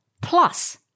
Plus